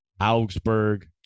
Augsburg